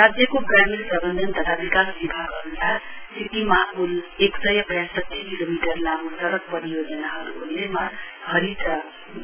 राज्यको ग्रामीण प्रवन्धन तथा विकास विभाग अनुसार सिक्किममा कुल एक सय वासठी किलोमिटर लामो सड़क परियोजनाहरूको निर्माण हरित र